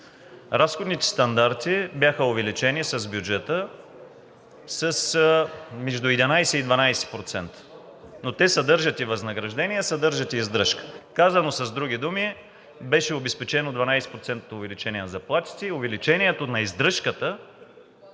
Разходните стандарти бяха увеличени с бюджета между 11 и 12%, но те съдържат и възнаграждения, съдържат и издръжка. Казано с други думи, беше обезпечено 12-процентното увеличение на заплатите